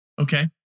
Okay